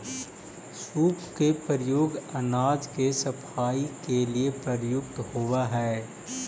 सूप के प्रयोग अनाज के सफाई के लिए प्रयुक्त होवऽ हई